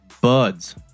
buds